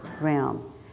realm